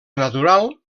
natural